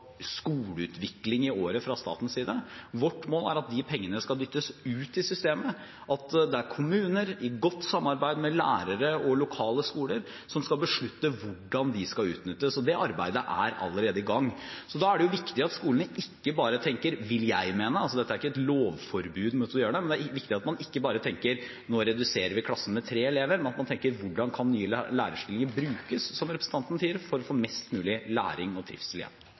skoleutvikling i året fra statens side. Vårt mål er at de pengene skal dyttes ut i systemet, at det er kommuner i godt samarbeid med lærere og lokale skoler som skal beslutte hvordan de skal utnyttes. Det arbeidet er allerede i gang. Jeg mener det er viktig at skolene da ikke bare tenker – selv om det ikke er lovforbud mot å gjøre det – at nå reduserer vi klassen med tre elever. Man kan tenke hvordan nye lærerstillinger kan brukes, som representanten sier, for å få mest mulig læring og trivsel igjen.